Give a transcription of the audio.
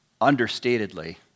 understatedly